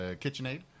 KitchenAid